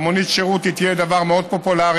מונית השירות תהיה דבר מאוד פופולרי